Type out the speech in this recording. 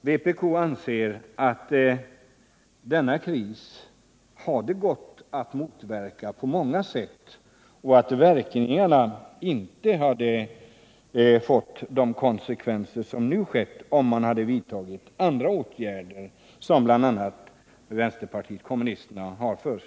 Vpk anser att krisen hade gått att motverka på många sätt och att den inte hade behövt leda till sådana här konsekvenser om man vidtagit andra åtgärder, som bl.a. vpk har föreslagit långt tidigare.